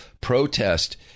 protest